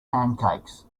pancakes